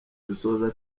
dusoza